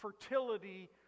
fertility